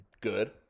good